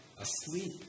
asleep